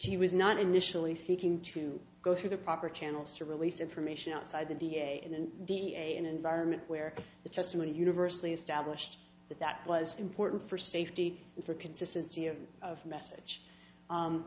she was not initially seeking to go through the proper channels to release information outside the da and the a in an environment where the testimony universally established that that was important for safety and for consistency of message